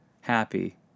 happy